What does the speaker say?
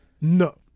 no